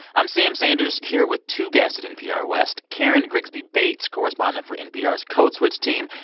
i'm sam sanders here with two guests at npr west karen grigsby bates, correspondent for npr's code switch team.